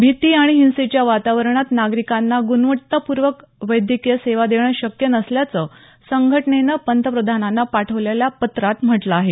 भीती आणि हिंसेच्या वातावरणात नागरिकांना ग्रणवत्तापूर्ण वैद्यकीय सेवा देणं शक्य नसल्याचं संघटनेनं पंतप्रधानांना पाठवलेल्या पत्रात म्हटलं आहे